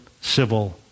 civil